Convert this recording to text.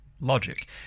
logic